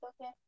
Okay